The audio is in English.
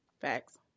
Facts